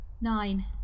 nine